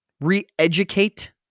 re-educate